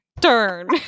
turn